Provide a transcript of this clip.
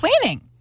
planning